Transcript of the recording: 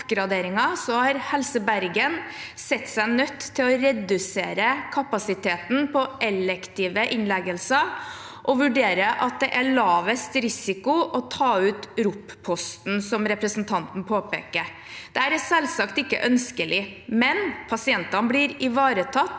oppgraderingen har Helse Bergen sett seg nødt til å redusere kapasiteten på elektive innleggelser og vurderer at det er lavest risiko å ta ut ROP-posten, som representanten påpeker. Dette er selvsagt ikke ønskelig, men pasientene blir ivaretatt